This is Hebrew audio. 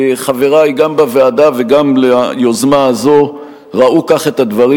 חברי גם בוועדה וגם ליוזמה הזו ראו כך את הדברים.